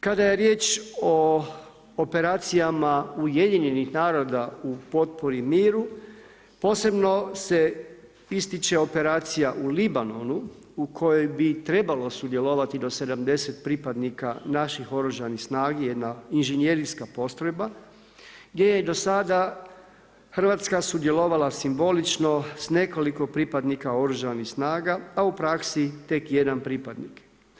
Kada je riječ o operacijama UN-a u potpori miru, posebno se ističe operacija u Libanonu u kojoj bi trebalo sudjelovati do 70 pripadnika naših oružanih snaga, jedna inženjerijska postrojba gdje do sada Hrvatska sudjelovala simbolično s nekoliko pripadnika oružanih snaga, a u praksi tek jedan pripadnik.